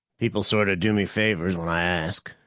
people sort of do me favors when i ask,